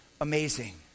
amazing